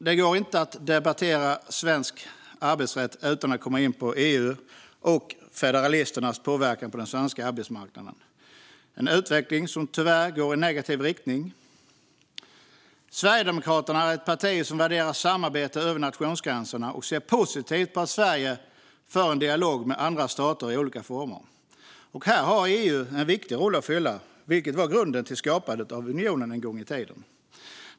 Det går inte att debattera svensk arbetsrätt utan att komma in på EU och federalisternas påverkan på den svenska arbetsmarknaden. Det är en utveckling som tyvärr går i negativ riktning. Sverigedemokraterna är ett parti som värderar samarbete över nationsgränserna och ser positivt på att Sverige för en dialog med andra stater i olika former. Här har EU en viktig roll att fylla, vilket var grunden till skapandet av unionen en gång i tiden.